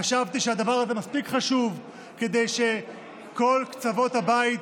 חשבתי שהדבר הזה מספיק חשוב כדי שכל קצוות הבית